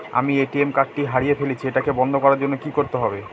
আমি ATM card টি হারিয়ে ফেলেছি এটাকে বন্ধ করার জন্য কি করতে হবে?